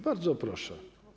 Bardzo proszę.